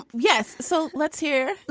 yes. so let's hear. oh,